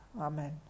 Amen